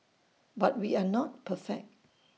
but we are not perfect